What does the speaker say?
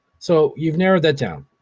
so you've narrowed that down,